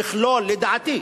לדעתי,